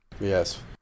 Yes